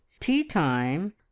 tea-time